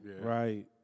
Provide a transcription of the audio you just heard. Right